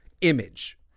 image